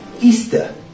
easter